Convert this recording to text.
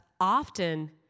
often